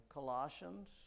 Colossians